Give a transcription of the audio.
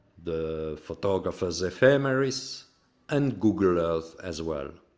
the photographer's ephemeris and google earth as well.